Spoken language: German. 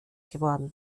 geworden